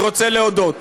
אני רוצה להודות